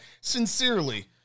sincerely